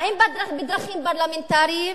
האם בדרכים פרלמנטריות,